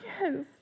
Yes